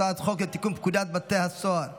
הצעת חוק לתיקון פקודת בתי הסוהר (מס'